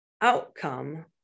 outcome